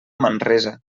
manresa